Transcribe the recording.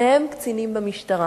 שניהם היו קצינים במשטרה.